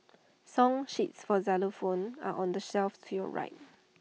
song sheets for xylophones are on the shelf to your right